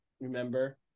remember